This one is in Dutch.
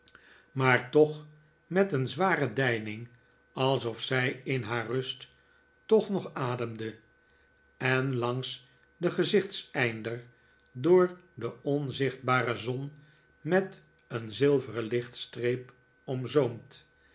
maar toch met een zware deining alsof zij in haar rust toch nog ademde en langs den gezichtseindr door de onzichtbare zon met een zilveren lichtstreep omzoomd